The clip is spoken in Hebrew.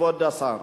כבוד השר,